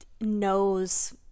knows